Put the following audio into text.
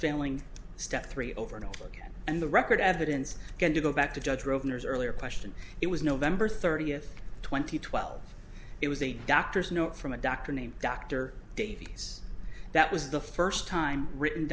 failing step three over and over again and the record evidence going to go back to judge wrote an earlier question it was november thirtieth twenty twelve it was a doctor's note from a doctor named dr davies that was the first time written